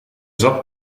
zat